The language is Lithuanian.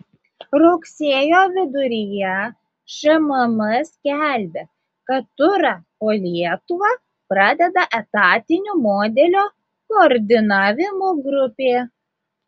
rugsėjo viduryje šmm skelbė kad turą po lietuvą pradeda etatinio modelio koordinavimo grupė